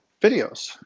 videos